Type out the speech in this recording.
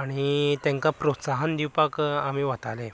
आनी तेंकां प्रोत्साहन दिवपाक आमी वताले